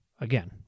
again